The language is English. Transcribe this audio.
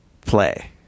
play